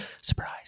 surprise